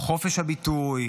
חופש הביטוי,